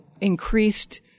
increased